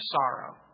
sorrow